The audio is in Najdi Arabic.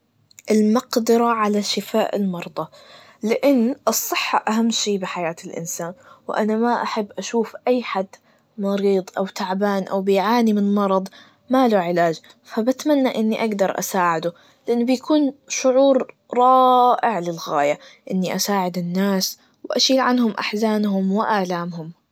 المقدرة على شفاء المرضى, لأن الصحة أهم شي بحياة الإنسان, وأنا ما أحب أشوف أي حد مريض أو تعبان, أو بيعاني من مرض ماله علاج, فبتمنى إني أقدر أساعده, لان بيكون شعور رائع للغاية, إني أساعد الناس, وأشيل عنهم أحزانهم وآلامهم.